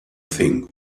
thing